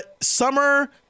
Summer